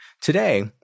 Today